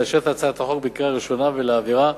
לאשר את הצעת החוק בקריאה ראשונה ולהעבירה